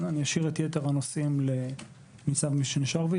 אני אשאיר את יתר הנושאים לנצ"מ שרביט.